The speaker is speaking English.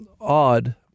odd